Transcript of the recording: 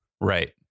right